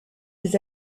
des